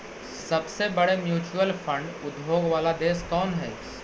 सबसे बड़े mutual fund उद्योग वाला देश कौन हई